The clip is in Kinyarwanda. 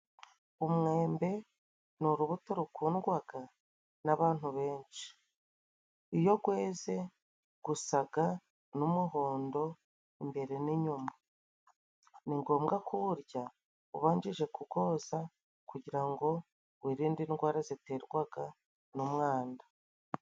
Umwembe ni urubuto rukundwaga n'abantu benshi. Iyo gweze gusaga n'umuhondo imbere n'inyuma. Ni ngombwa kuwurya ubanjije ku kugoza kugira ngo wirinde indwara ziterwaga n'umwanda.